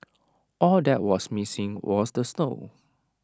all that was missing was the snow